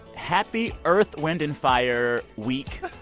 happy earth, wind and fire week,